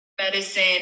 medicine